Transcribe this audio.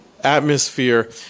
atmosphere